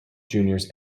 juniors